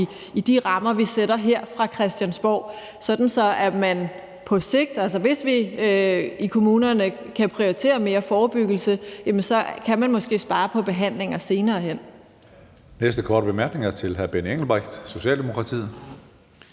i de rammer, vi sætter her fra Christiansborg, sådan at man på sigt, altså hvis vi i kommunerne kan prioritere mere forebyggelse, måske kan spare på behandlinger senere hen.